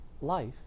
life